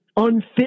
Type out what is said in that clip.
unfit